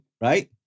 Right